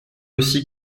aussi